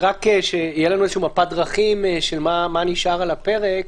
שתהיה לנו איזושהי מפת דרכים של מה נשאר על הפרק.